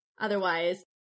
otherwise